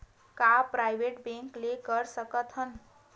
का private bank ले कर सकत हन?